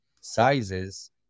sizes